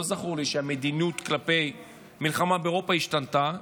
לא זכור לי שהמדיניות כלפי המלחמה באירופה השתנתה,